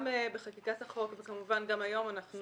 גם בחקיקת החוק וכמובן גם היום לא